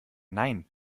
nein